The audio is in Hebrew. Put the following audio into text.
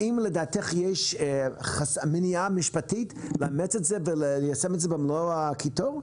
האם לדעתך יש מניעה משפטית לאמץ את זה וליישם את זה במלוא הקיטור?